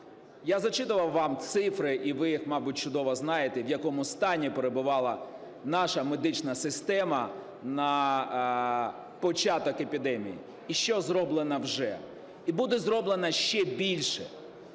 Я зачитував вам цифри і ви, мабуть, чудово знаєте, в якому стані перебувала наша медична система на початок епідемії, і що зроблено вже. І буде зроблено ще більше.